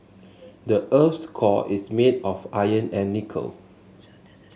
the earth's core is made of iron and nickel